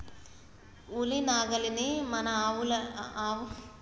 ఉలి నాగలిని మన ఆవు లక్ష్మికి కట్టు పొలం దున్నడానికి పోవాలే